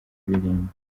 kuririmba